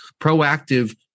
proactive